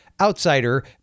outsider